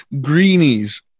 greenies